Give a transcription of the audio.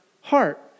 heart